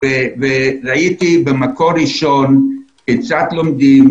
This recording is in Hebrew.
וראיתי ממקור ראשון כיצד לומדים,